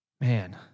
Man